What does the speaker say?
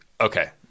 okay